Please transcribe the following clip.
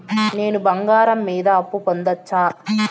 నేను బంగారం మీద అప్పు పొందొచ్చా?